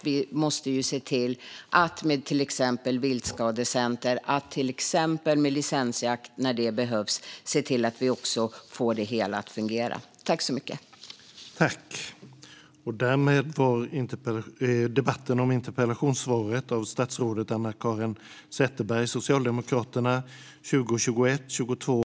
Vi måste se till att få det hela att fungera, och vi gör det med hjälp av exempelvis Viltskadecenter och licensjakt, när sådan behövs.